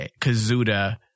kazuda